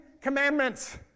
commandments